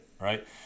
right